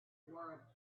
wore